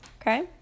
okay